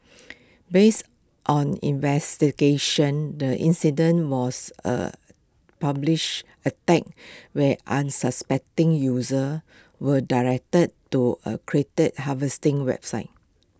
based on investigations the incident was A publish attack where unsuspecting users were directed to A harvesting website